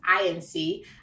INC